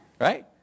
Right